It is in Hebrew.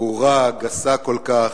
ברורה, גסה כל כך,